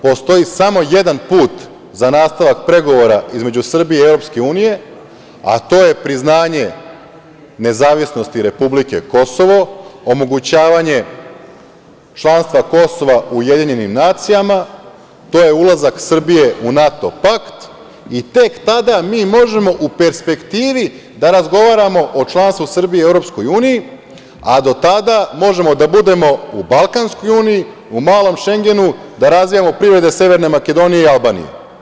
Postoji samo jedan put za nastavak pregovora između Srbije i EU, a to je priznanje nezavisnosti republike Kosovo, omogućavanje članstva Kosova u UN, to je ulazak Srbije u NATO pakt i tek tada mi možemo u perspektivi da razgovaramo o članstvu Srbije EU, a do tada možemo da budemo u balkanskoj uniji, u malom Šengenu, da razvijamo privrede severne Makedonije i Albanije.